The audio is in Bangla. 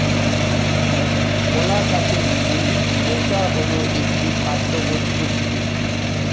কলা গাছের ফুল মোচা হল একটি খাদ্যবস্তু